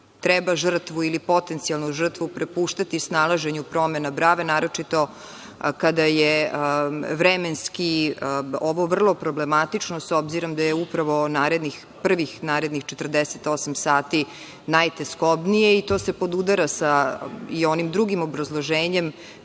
treba žrtvu ili potencijalnu žrtvu prepuštanju snalaženju promena brave, naročito kada je vremenski ovo vrlo problematično, s obzirom da je prvih narednih 48 sati najteskobnije, i to se podudara sa onim drugim obrazloženjem